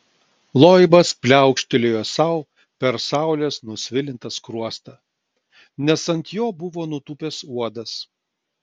loibas pliaukštelėjo sau per saulės nusvilintą skruostą nes ant jo buvo nutūpęs uodas